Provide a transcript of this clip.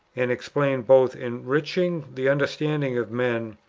and explained, both enriching the understanding of men,